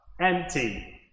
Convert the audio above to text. empty